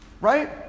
right